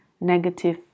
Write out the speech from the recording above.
negative